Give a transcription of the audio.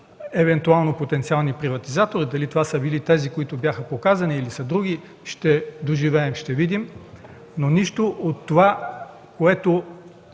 евентуално потенциалните приватизатори, а дали са тези, които бяха поканени или са други, ще поживеем и ще видим. Но нищо от това, което